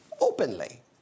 openly